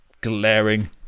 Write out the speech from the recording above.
glaring